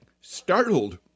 startled